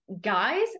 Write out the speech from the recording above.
guys